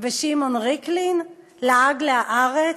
ושמעון ריקלין לעג ל"הארץ"